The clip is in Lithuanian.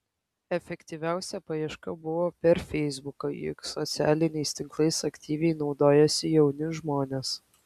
efektyviausia paieška buvo per feisbuką juk socialiniais tinklais aktyviai naudojasi jauni žmonės